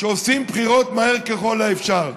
שעושים בחירות מהר ככל האפשר.